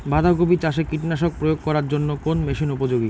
বাঁধা কপি চাষে কীটনাশক প্রয়োগ করার জন্য কোন মেশিন উপযোগী?